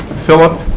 philip